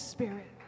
Spirit